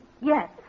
Yes